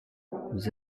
vous